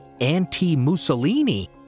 anti-Mussolini